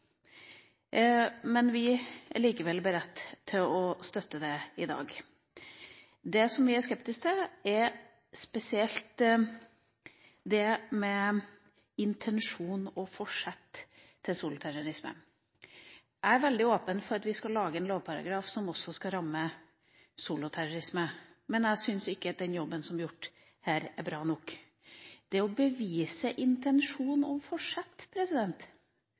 Men vi er likevel beredt til å støtte det i dag. Det vi er skeptiske til, er spesielt det med intensjon og forsett til soloterrorisme. Jeg er veldig åpen for å lage en lovparagraf som også skal ramme soloterrorisme, men jeg syns ikke at den jobben som er gjort her, er bra nok. Det å bevise intensjon og forsett